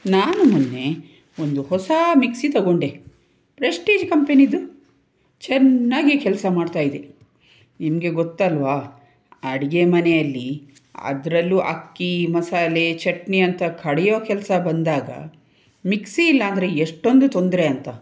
ನಾನು ಮೊನ್ನೆ ಒಂದು ಹೊಸ ಮಿಕ್ಸಿ ತೊಗೊಂಡೆ ಪ್ರೆಸ್ಟೀಜ್ ಕಂಪೆನಿದು ಚೆನ್ನಾಗಿ ಕೆಲಸ ಮಾಡ್ತಾ ಇದೆ ನಿಮಗೆ ಗೊತ್ತಲ್ವಾ ಅಡಿಗೆ ಮನೆಯಲ್ಲಿ ಅದರಲ್ಲೂ ಅಕ್ಕಿ ಮಸಾಲೆ ಚಟ್ನಿ ಅಂತ ಕಡಿಯೋ ಕೆಲಸ ಬಂದಾಗ ಮಿಕ್ಸಿ ಇಲ್ಲಾಂದರೆ ಎಷ್ಟೊಂದು ತೊಂದರೆ ಅಂತ